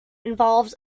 involves